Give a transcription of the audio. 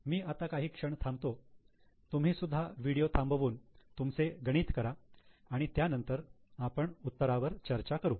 मी आता काही क्षण थांबतो तुम्हीसुद्धा व्हिडिओ थांबवून तुमचे गणित करा आणि त्यानंतर आपण उत्तरावर चर्चा करू